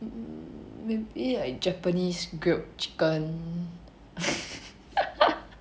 mm maybe like japanese grilled chicken